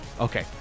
okay